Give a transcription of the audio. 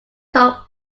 home